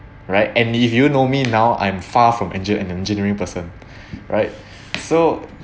right and if you know me now I'm far from engine and engineering person right so